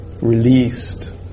released